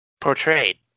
Portrayed